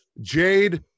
Jade